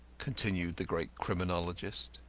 continued the great criminologist,